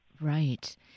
Right